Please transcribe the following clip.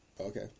Okay